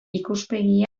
ikuspegia